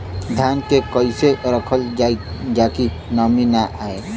धान के कइसे रखल जाकि नमी न आए?